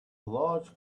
large